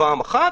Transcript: פעם אחת,